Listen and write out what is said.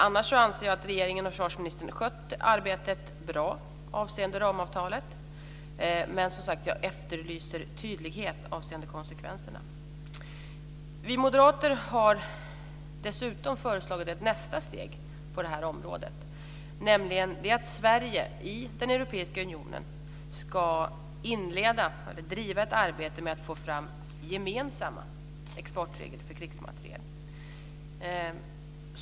Annars anser jag att regeringen och försvarsministern har skött arbetet bra avseende ramavtalet. Men jag efterlyser tydlighet avseende konsekvenserna. Vi moderater har dessutom föreslagit ett nästa steg på detta område, nämligen att Sverige i Europeiska unionen ska inleda eller driva ett arbete med att få fram gemensamma exportregler för krigsmateriel.